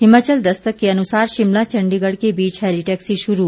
हिमाचल दस्तक के अनुसार शिमला चंडीगढ़ के बीच हेली टैक्सी शुरू